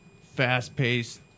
fast-paced